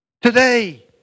Today